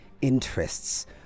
interests